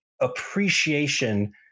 appreciation